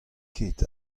ket